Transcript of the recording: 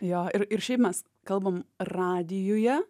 jo ir ir šiaip mes kalbam radijuje